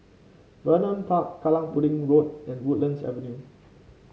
Vernon Park Kallang Pudding Road and Woodlands Avenue